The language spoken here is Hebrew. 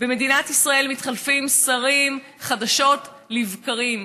במדינת ישראל מתחלפים שרים חדשות לבקרים,